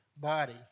body